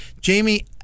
Jamie